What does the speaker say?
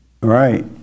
Right